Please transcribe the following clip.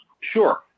Sure